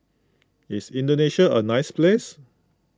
is Indonesia a nice place